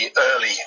early